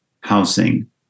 housing